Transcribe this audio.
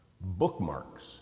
bookmarks